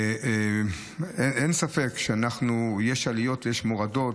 אין ספק שיש עליות ויש מורדות.